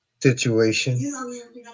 situation